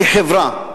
כחברה.